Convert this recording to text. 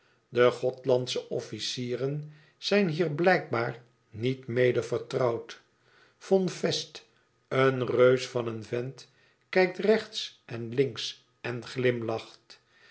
de gothlandsche officieren zijn hier blijkbaar niet mede vertrouwd von fest een reus van een vent kijkt rechts en links en glimlacht